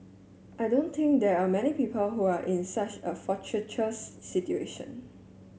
I don't think there are many people who are in such a fortuitous situation